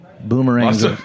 boomerangs